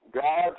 God